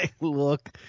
look